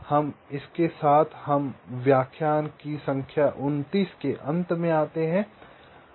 इसलिए इसके साथ हम इस व्याख्यान संख्या 29 के अंत में आते हैं